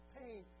pain